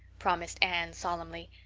promised anne solemnly.